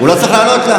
אין לך מה להגיד.